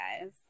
guys